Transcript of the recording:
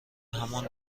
همان